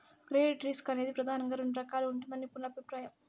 credit risk అనేది ప్రెదానంగా రెండు రకాలుగా ఉంటదని నిపుణుల అభిప్రాయం